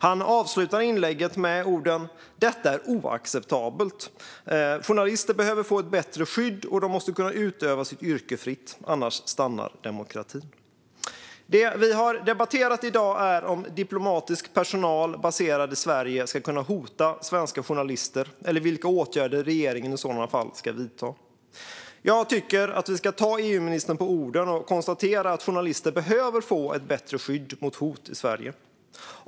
Han avslutade inlägget med orden: "Detta är oacceptabelt. Journalister behöver få ett bättre skydd, och de måste kunna utöva sitt yrka fritt - annars stannar demokratin!" Det vi har debatterat i dag är om diplomatisk personal baserad i Sverige ska kunna hota svenska journalister och vilka åtgärder regeringen i sådana fall ska vidta. Jag tycker att vi ska ta EU-ministern på orden och konstatera att journalister behöver få ett bättre skydd mot hot i Sverige.